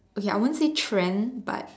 okay I won't say trend but